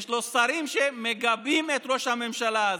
יש לו שרים שמגבים את ראש הממשלה הזה,